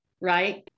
right